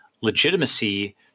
legitimacy